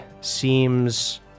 seems